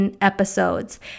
episodes